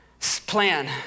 Plan